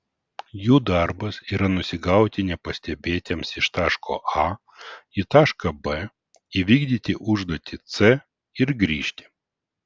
jų darbas yra nusigauti nepastebėtiems iš taško a į tašką b įvykdyti užduotį c ir grįžti